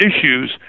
issues